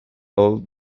old